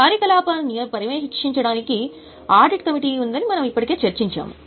కార్యకలాపాలను పర్యవేక్షించడానికి audit committee ఉందని మనము ఇప్పటికే చర్చించాము